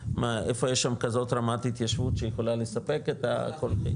איפה יש שם כזאת רמת התיישבות שיכולה לספק את הקולחין?